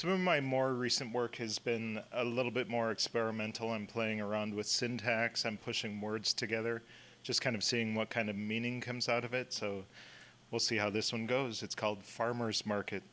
soon my more recent work has been a little bit more experimental i'm playing around with syntax and pushing words together just kind of seeing what kind of meaning comes out of it so we'll see how this one goes it's called farmer's market